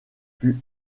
fut